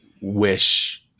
wish